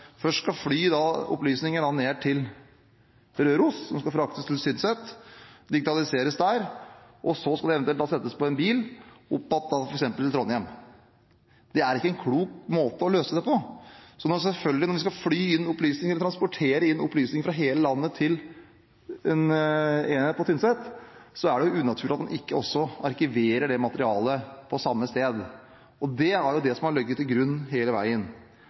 først skal fly opplysninger ned til Røros som skal fraktes til Tynset og digitaliseres der for så eventuelt å kjøres i bil opp til f.eks. Trondheim. Det er ikke en klok måte å løse det på. Selvfølgelig – når man skal transportere inn opplysninger fra hele landet til en enhet på Tynset, er det unaturlig at man ikke også arkiverer det materialet på samme sted. Og det er det som har ligget til grunn hele veien.